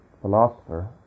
philosopher